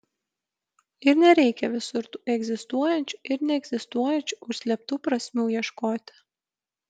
ir nereikia visur tų egzistuojančių ir neegzistuojančių užslėptų prasmių ieškoti